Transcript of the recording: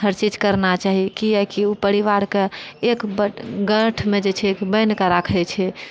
हर चीज करना चाही किआकि ओ परिवारकेँ एक गाँठमे जे छै बान्हि कऽ राखैत छै